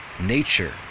nature